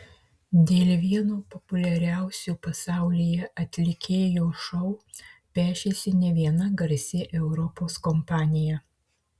dėl vieno populiariausių pasaulyje atlikėjo šou pešėsi ne viena garsi europos kompanija